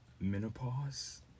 menopause